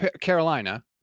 Carolina